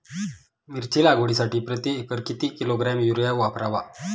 मिरची लागवडीसाठी प्रति एकर किती किलोग्रॅम युरिया वापरावा?